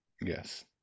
Yes